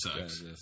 sucks